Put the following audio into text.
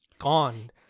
gone